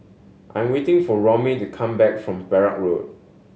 I'm waiting for Romie to come back from Perak Road